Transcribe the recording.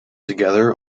together